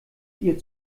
ihr